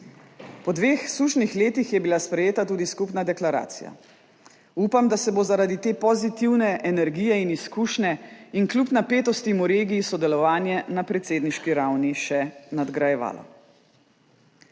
Po dveh sušnih letih je bila sprejeta tudi skupna deklaracija. Upam, da se bo zaradi te pozitivne energije in izkušnje in kljub napetostim v regiji sodelovanje na predsedniški ravni še nadgrajevalo.